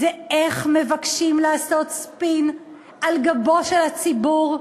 זה איך מבקשים לעשות ספין על גבו של הציבור,